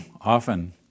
often